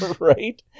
Right